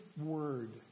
word